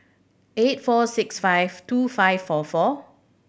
eight four six five two five four four